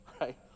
Right